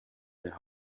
der